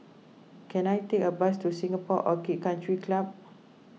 can I take a bus to Singapore Orchid Country Club